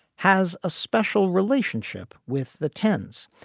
has a special relationship with the ten s.